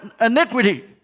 iniquity